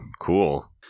cool